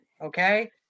Okay